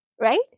right